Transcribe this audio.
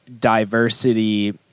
diversity